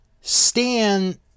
Stan